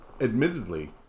admittedly